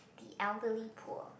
the elderly poor